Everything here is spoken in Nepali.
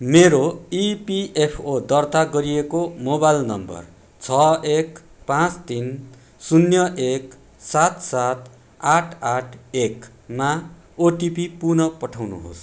मेरो इपिएफओ दर्ता गरिएको मोबाइल नम्बर छ एक पाँच तिन शून्य एक सात सात आठ आठ एकमा ओटिपी पुन पठाउनुहोस्